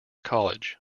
college